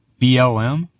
BLM